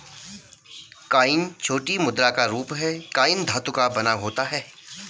coin छोटी मुद्रा का रूप है कॉइन धातु का बना होता है